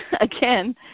again